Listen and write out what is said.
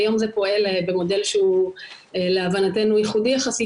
היום זה פועל במודל שהוא להבנתנו ייחודי יחסית,